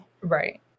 Right